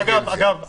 אגב,